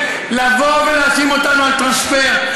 לבוא ולהאשים אותנו בטרנספר,